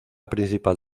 principal